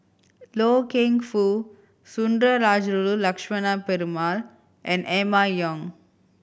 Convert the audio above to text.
Loy Keng Foo Sundarajulu Lakshmana Perumal and Emma Yong